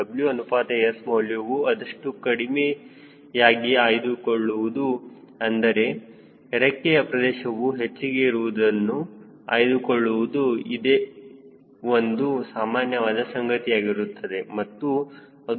W ಅನುಪಾತ S ಮೌಲ್ಯವು ಆದಷ್ಟು ಕಡಿಮೆಯಾಗಿ ಆಯ್ದುಕೊಳ್ಳುವುದು ಅಂದರೆ ರೆಕ್ಕೆಯ ಪ್ರದೇಶವು ಹೆಚ್ಚಿಗೆ ಇರುವುದನ್ನು ಆಯ್ದುಕೊಳ್ಳುವುದು ಇದು ಒಂದು ಸಾಮಾನ್ಯವಾದ ಸಂಗತಿಯಾಗಿರುತ್ತದೆ ಮತ್ತು ಅದು ಯಾವಾಗಲೂ ಸರಿಯಾಗಿರುತ್ತದೆ